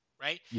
right